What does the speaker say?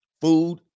food